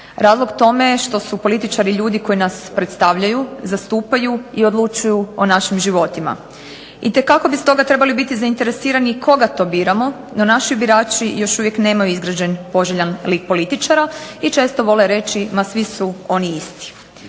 Razlog tome je što su političari ljudi koji nas predstavljaju, zastupaju i odlučuju o našim životima. Itekako bi stoga trebali biti zainteresirani koga to biramo, no naši birači još uvijek nemaju izgrađen poželjan lik političara i često vole reći ma svi su oni isti.